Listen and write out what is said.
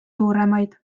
suuremaid